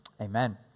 Amen